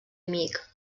amic